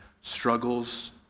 struggles